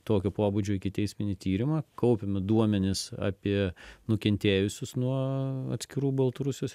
tokio pobūdžio ikiteisminį tyrimą kaupiami duomenys apie nukentėjusius nuo atskirų baltarusijos